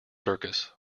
circus